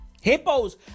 Hippos